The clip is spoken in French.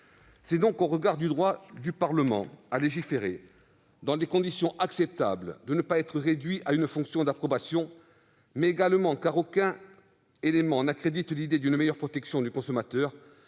C'est donc au regard du droit du Parlement à légiférer dans des conditions acceptables et de ne pas être réduits à une fonction d'approbation, mais également, car aucun élément n'accrédite l'idée d'une meilleure protection du consommateur,